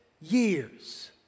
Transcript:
years